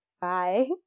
bye